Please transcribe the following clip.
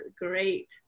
great